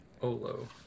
Olo